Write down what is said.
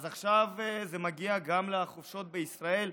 עכשיו זה מגיע גם לחופשות בישראל.